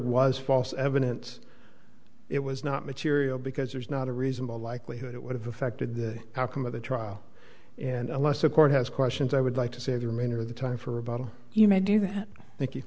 was false evidence it was not material because there's not a reasonable likelihood it would have affected the outcome of the trial and unless a court has questions i would like to save your manner the time for about you may do that thank you